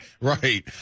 Right